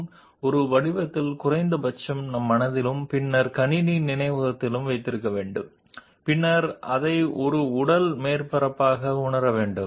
అలాంటప్పుడు మొదట మనం ఈ ఉపరితలాన్ని కనీసం మన మనస్సులో ఏదో ఒక రూపంలో కలిగి ఉండాలి ఆపై కంప్యూటర్ మెమరీలోకి ప్రవేశించి ఆపై దానిని భౌతిక ఉపరితలంగా గుర్తించాలి